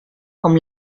com